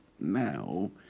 now